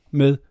med